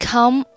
Come